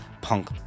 punk